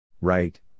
Right